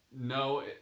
No